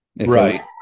Right